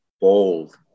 bold